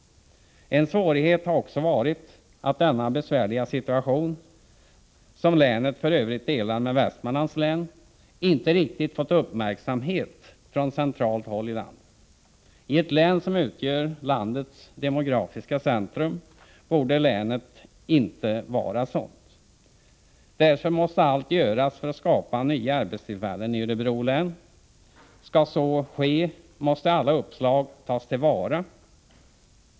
En svårighet har också varit att denna besvärliga situation, som länet för övrigt delar med Västmanlands län, inte riktigt rönt uppmärksamhet på centralt håll i landet. I ett län som utgör landets demografiska centrum borde läget inte vara sådant. Därför måste allt göras för att skapa nya arbetstillfällen i Örebro län. Skall så ske, måste alla uppslag tas till vara.